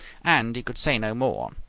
and he could say no more.